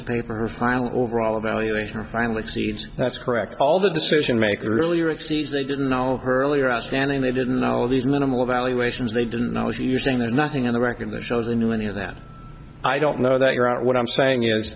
final overall evaluation or final exceeds that's correct all the decision makers earlier it seems they didn't know her earlier outstanding they didn't know all of these minimal evaluations they didn't know as you're saying there's nothing in the record that shows they knew any of that i don't know that you're out what i'm saying is